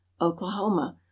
Oklahoma